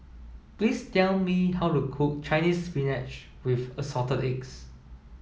please tell me how to cook Chinese spinach with assorted eggs